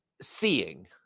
seeing